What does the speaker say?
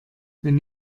wenn